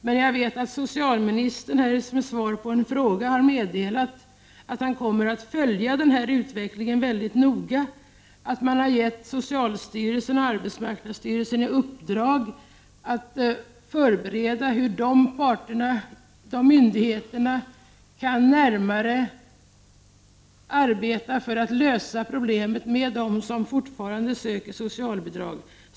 Jag vet dock att socialministern som svar på en fråga här har meddelat att han mycket noga kommer att följa utvecklingen. Man har gett socialstyrelsen och arbetsmarknadsstyrelsen i uppdrag att förbereda hur myndigheterna närmare kan arbeta för att lösa problemet med dem som fortfarande söker socialbidrag.